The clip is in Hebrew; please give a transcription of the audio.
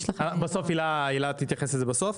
הילה תתייחס לזה בסוף.